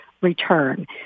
return